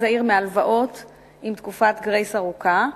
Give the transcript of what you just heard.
העיר מהלוואות עם תקופת "גרייס" ארוכה,